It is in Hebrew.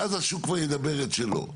שאז השוק כבר ידבר את שלו.